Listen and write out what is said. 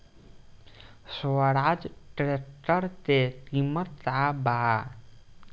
Swaraj tractor के किमत का बा?